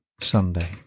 Sunday